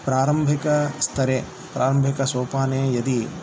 प्रारम्भिकस्तरे प्रारम्भिकसोपाने यदि